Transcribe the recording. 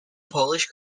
polish